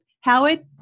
Howard